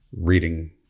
reading